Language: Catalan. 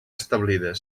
establides